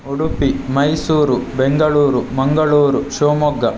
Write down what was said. Udupi Mysuru Bengaluru Mangaluru Shivamogga